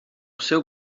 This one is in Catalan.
seu